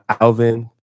Alvin